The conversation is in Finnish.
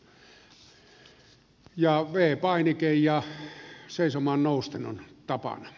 v painike ja seisomaan nousten on tapana